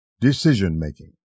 decision-making